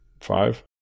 Five